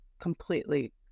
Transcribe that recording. completely